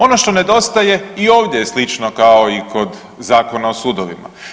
Ono što nedostaje i ovdje je slično kao i kod Zakona o sudovima.